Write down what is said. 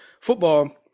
Football